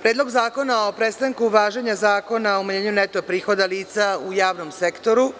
Predlog zakona o prestanku važenja Zakona o umanjenju neto prihoda lica u javnom sektoru